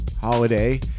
holiday